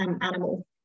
animal